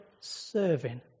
serving